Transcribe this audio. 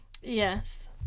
Yes